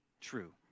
True